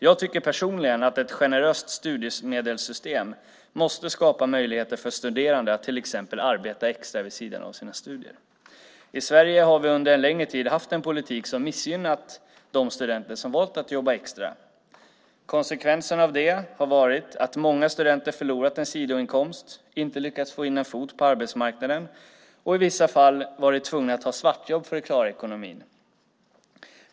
Jag tycker personligen att ett generöst studiemedelssystem måste skapa möjligheter för studerande att till exempel arbeta extra vid sidan av sina studier. I Sverige har vi under en längre tid haft en politik som missgynnat de studenter som valt att jobba extra. Konsekvensen av det har varit att många studenter förlorat en sidoinkomst, inte lyckats få in en fot på arbetsmarknaden och i vissa fall varit tvungna att ta svartjobb för att klara ekonomin.